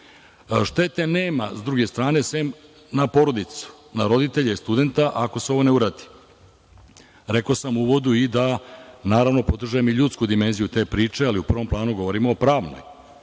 Šteta nema sa druge strane, sem na porodicu, na roditelje studenta ako se ovo ne uradi. Rekao sam u uvodu i da naravno podržavam i ljudsku dimenziju te priče, ali u prvom planu govorimo o pravnoj,